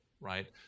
right